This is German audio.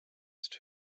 ist